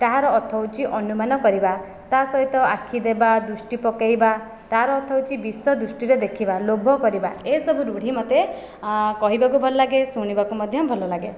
ତାହାର ଅର୍ଥ ହେଉଛି ଅନୁମାନ କରିବା ତା ସହିତ ଆଖି ଦେବା ଦୃଷ୍ଟି ପକାଇବା ତାର ଅର୍ଥ ହେଉଛି ବିଷ ଦୃଷ୍ଟିରେ ଦେଖିବା ଲୋଭ କରିବା ଏହି ସବୁ ରୂଢ଼ୀ ମୋତେ କହିବାକୁ ଭଲ ଲାଗେ ଶୁଣିବାକୁ ମଧ୍ୟ ଭଲ ଲାଗେ